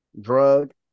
drug